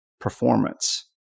Performance